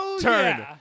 turn